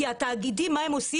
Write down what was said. כי התאגידים מה הם עושים?